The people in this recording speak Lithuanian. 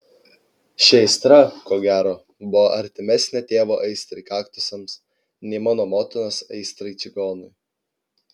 ši aistra ko gero buvo artimesnė tėvo aistrai kaktusams nei mano motinos aistrai čigonui